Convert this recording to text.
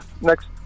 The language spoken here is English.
next